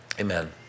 Amen